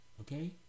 Okay